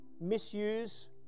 misuse